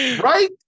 Right